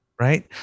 Right